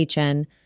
HN